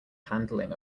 handling